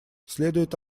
следует